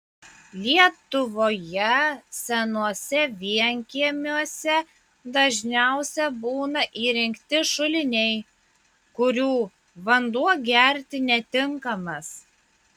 lietuvoje senuose vienkiemiuose dažniausia būna įrengti šuliniai kurių vanduo gerti netinkamas